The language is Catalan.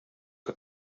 que